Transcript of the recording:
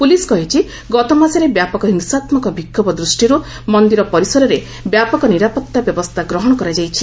police କହିଛି ଗତମାସରେ ବ୍ୟାପକ ହିଂସାତ୍କକ ବିକ୍ଷୋଭ ଦୃଷ୍ଟିରୁ ମନ୍ଦିର ପରିସରରେ ବ୍ୟାପକ ନିରାପତ୍ତା ବ୍ୟବସ୍ଥା ଗ୍ରହଣ କରାଯାଇଛି